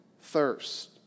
thirst